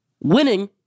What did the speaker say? winning